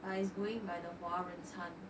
but it's by going by the 中国餐